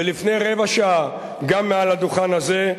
ולפני רבע שעה גם מעל הדוכן הזה,